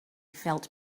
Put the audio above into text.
felt